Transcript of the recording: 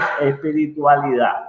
espiritualidad